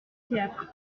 théâtre